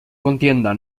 contienda